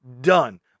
done